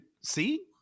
see